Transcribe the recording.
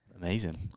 Amazing